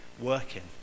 working